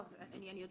לא, אני יודעת.